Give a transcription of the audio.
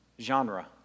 genre